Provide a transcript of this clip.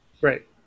Right